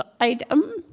item